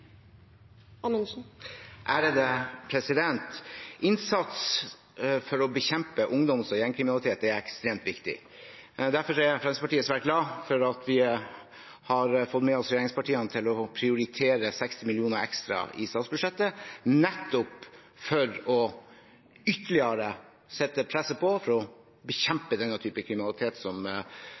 Innsats for å bekjempe ungdoms- og gjengkriminalitet er ekstremt viktig. Derfor er Fremskrittspartiet svært glad for at vi har fått med oss regjeringspartiene på å prioritere 60 mill. kr ekstra i statsbudsjettet for ytterligere å presse på for å bekjempe denne typen kriminalitet, som